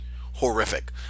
Horrific